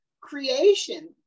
creation